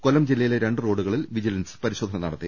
കൊല്ലം ജില്ലയിലെ രണ്ടു റോഡുകളിൽ വിജിലൻസ് സംഘം പരിശോധന നടത്തി